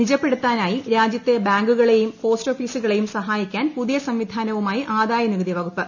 നിജപ്പെടുത്താനായി രാജ്യത്തെ ബാങ്കുകളെയും പോസ്റ്റ് ഓഫീസുകളെയും സഹായിക്കാൻ പുതിയ സംവിധാനവുമായി ആദായ നികുതി വകുപ്പ്